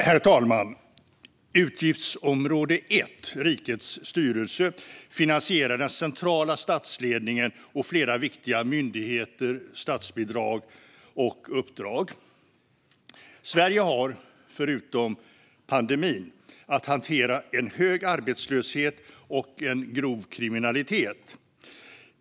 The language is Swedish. Herr talman! Utgiftsområde l Rikets styrelse finansierar den centrala statsledningen och flera viktiga myndigheter, statsbidrag och uppdrag. Sverige har - förutom pandemin - att hantera en hög arbetslöshet och en grov kriminalitet.